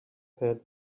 pad